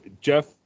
Jeff